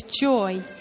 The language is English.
joy